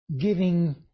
giving